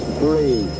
three